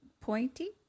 pointy